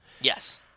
Yes